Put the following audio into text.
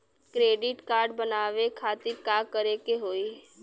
Credit card बनवावे खातिर का करे के होई?